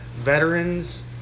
veterans